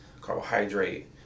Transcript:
carbohydrate